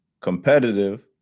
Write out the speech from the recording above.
competitive